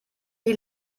die